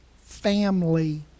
family